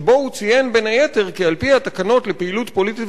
שבו הוא ציין בין היתר כי על-פי התקנות לפעילות פוליטית